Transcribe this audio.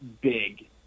big